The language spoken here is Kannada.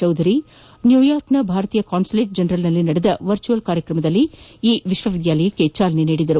ಚೌಧರಿ ನಿನ್ನೆ ನ್ಯೂಯಾರ್ಕ್ನ ಭಾರತೀಯ ಕಾನ್ಸುಲೇಟ್ ಜನರಲ್ನಲ್ಲಿ ನಡೆದ ವರ್ಚುಯಲ್ ಕಾರ್ಯಕ್ರಮದಲ್ಲಿ ಈ ವಿಶ್ವವಿದ್ಯಾಲಯಕ್ಕೆ ಚಾಲನೆ ನೀಡಿದ್ದಾರೆ